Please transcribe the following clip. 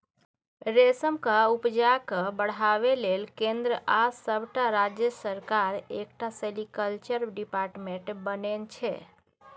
रेशमक उपजा केँ बढ़ाबै लेल केंद्र आ सबटा राज्य सरकार एकटा सेरीकल्चर डिपार्टमेंट बनेने छै